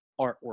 artwork